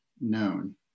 known